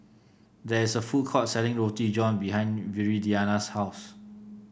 there is a food court selling Roti John behind Viridiana's house